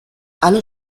alle